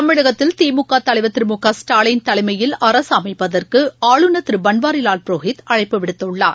தமிழகத்தில் திமுகதலைவர் திரு மு க ஸ்டாலின் தலைமையில் அரகஅமைப்பதற்குஆளுநர் திருபன்வாரிலால் புரோஹித் அழைப்பு விடுத்துள்ளார்